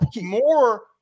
more